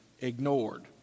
ignored